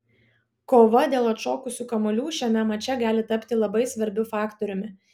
kova dėl atšokusių kamuolių šiame mače gali tapti labai svarbiu faktoriumi